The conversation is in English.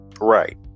Right